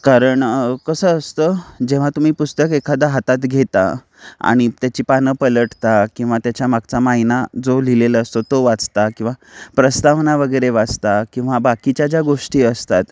कारण कसं असतं जेव्हा तुम्ही पुस्तक एखादं हातात घेता आणि त्याची पानं पलटता किंवा त्याच्या मागचा मायना जो लिहिलेला असतो तो वाचता किंवा प्रस्तावना वगैरे वाचता किंवा बाकीच्या ज्या गोष्टी असतात